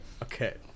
Okay